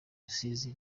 rusizi